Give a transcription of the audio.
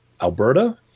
Alberta